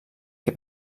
que